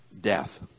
death